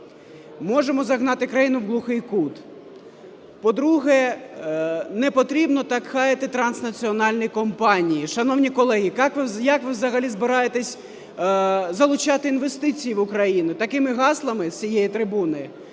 можемо загнати країну в глухий кут. По-друге, непотрібно так хаяти транснаціональні компанії. Шановні колеги, як ви взагалі збираєтесь залучати інвестиції в Україну такими гаслами з цієї трибуни?